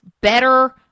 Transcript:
better